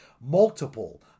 multiple